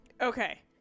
Okay